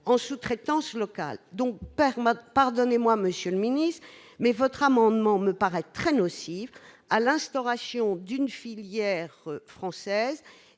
en sous-traitance locale donc, pardonnez-moi, Monsieur le Ministre, mais votre amendement me paraît très nocive à l'instauration d'une filière française